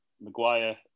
Maguire